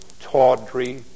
tawdry